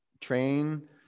Train